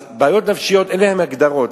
אז בעיות נפשיות אין להן הגדרות.